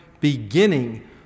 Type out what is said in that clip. beginning